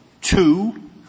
Two